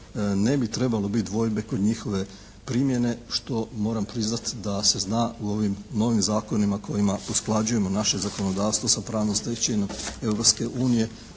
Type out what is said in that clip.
ne bi trebalo biti dvojbe kod njihove primjene što moram priznati da se zna u ovim novim zakonima kojima usklađujemo naše zakonodavstvo sa pravnom stečevinom